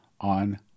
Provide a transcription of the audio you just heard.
on